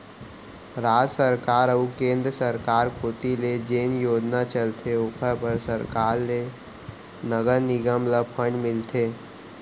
राज सरकार अऊ केंद्र सरकार कोती ले जेन योजना चलथे ओखर बर सरकार ले नगर निगम ल फंड मिलथे